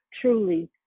truly